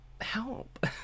Help